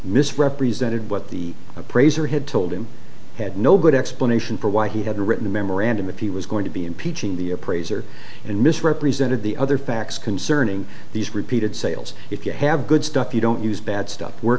misrepresented what the appraiser had told him had no good explanation for why he had written a memorandum if he was going to be impeaching the appraiser and misrepresented the other facts concerning these repeated sales if you have good stuff you don't use bad stuff we're